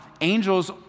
Angels